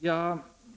in.